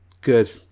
Good